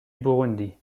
burundi